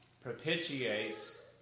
propitiates